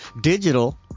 digital